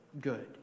good